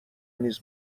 نیز